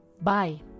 Bye